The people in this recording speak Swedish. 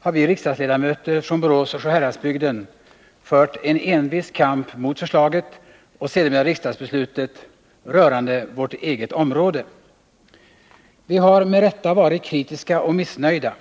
har vi riksdagsledamöter från Borås och Sjuhäradsbygden fört en envis kamp mot förslaget och sedermera riksdagsbeslutet rörande vårt eget område. Vi har med rätta varit kritiska och missnöjda.